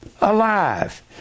alive